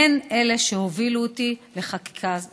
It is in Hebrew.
הוא שהוביל אותי לחקיקה זו.